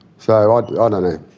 so i ah don't ah